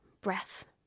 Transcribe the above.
breath